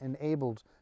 enabled